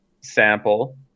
sample